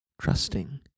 trusting